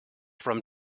from